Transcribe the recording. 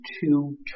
two